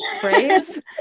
phrase